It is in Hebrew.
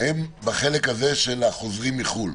הם בחלק הזה של החוזרים מחו"ל.